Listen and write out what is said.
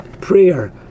prayer